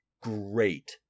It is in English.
great